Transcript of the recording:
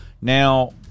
Now